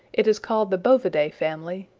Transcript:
it is called the bovidae family,